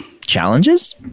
Challenges